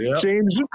James